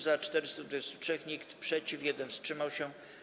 Za - 423, nikt przeciw, 1 wstrzymał się.